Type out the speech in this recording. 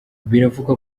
biravugwa